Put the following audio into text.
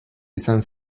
izan